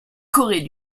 corée